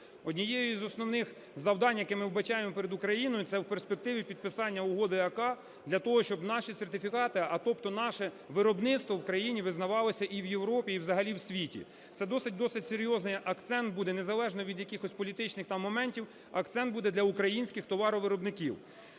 Одним із основних завдань, яке ми вбачаємо перед Україною, це у перспективі підписання угоди АККА для того, щоб наші сертифікати, а тобто наше виробництво в країні визнавалося і в Європі, і взагалі в світі. Це досить-досить серйозний акцент буде, незалежно від якихось політичних моментів, акцент буде для українських товаровиробників.